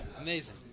Amazing